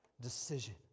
decision